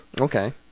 Okay